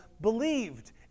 believed